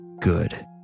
Good